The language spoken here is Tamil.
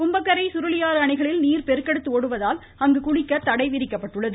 கும்பகரை சுருளியாறு அணைகளில் நீர் பெருக்கெடுத்து ஓடுவதால் அங்கு குளிக்க தடை விதிக்கப்பட்டுள்ளது